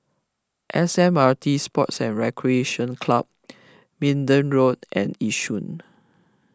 S M T Sports and Recreation Club Minden Road and Yishun